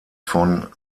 von